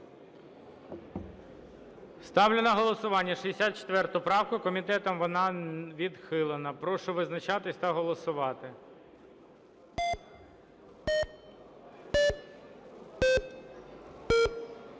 Ставлю на голосування 64 правку, комітетом вона відхилена. Прошу визначатися та голосувати.